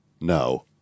No